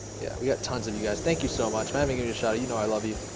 yeah, we got tons of you guys, thank you so much for having in your shoddy. you know i love you